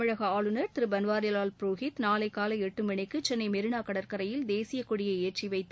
தமிழக ஆளுநர் திரு பன்வாரிலால் புரோஹித் நாளை காலை எட்டு மணிக்கு சென்னை மெரீனா கடற்கரையில் தேசிய கொடியை ஏற்றிவைத்து